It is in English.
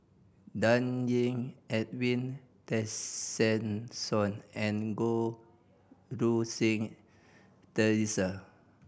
Dan Ying Edwin Tessensohn and Goh Rui Si Theresa